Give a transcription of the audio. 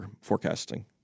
forecasting